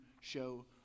show